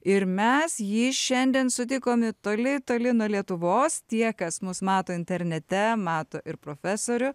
ir mes jį šiandien sutikome toli toli nuo lietuvos tie kas mus mato internete mato ir profesorių